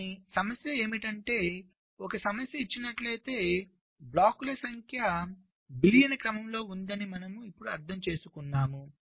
కానీ సమస్య ఏమిటంటే ఒక సమస్య ఇచ్చినట్లయితే బ్లాకుల సంఖ్య బిలియన్ల క్రమంలో ఉందని మనము ఇప్పుడు అర్థం చేసుకున్నాము